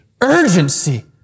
urgency